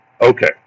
okay